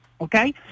Okay